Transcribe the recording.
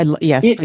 Yes